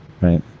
Right